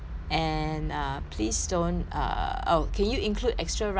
please don't err oh can you include extra rice in there for me